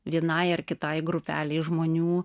vienai ar kitai grupelei žmonių